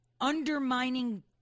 undermining